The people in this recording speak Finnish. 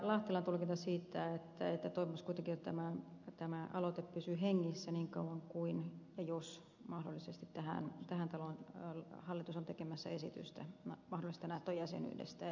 lahtelan tulkinta siitä että toivoisi kuitenkin että tämä aloite pysyy hengissä niin kauan kuin ja jos mahdollisesti tähän taloon hallitus on tekemässä esitystä mahdollisesta nato jäsenyydestä